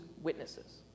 witnesses